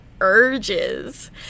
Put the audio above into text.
urges